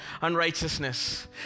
unrighteousness